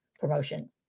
promotion